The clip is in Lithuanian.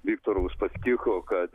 viktoro uspaskicho kad jis